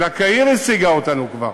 אלא קהיר השיגה אותנו כבר.